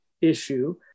issue